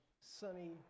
sunny